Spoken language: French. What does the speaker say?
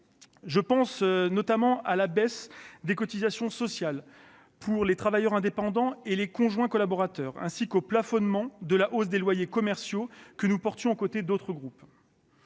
Je pense également à la baisse des cotisations sociales pour les travailleurs indépendants et les conjoints collaborateurs, ainsi qu'au plafonnement de la hausse des loyers commerciaux, que nous avons défendu avec d'autres groupes.